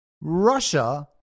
Russia